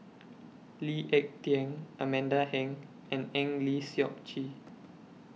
Lee Ek Tieng Amanda Heng and Eng Lee Seok Chee